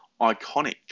iconic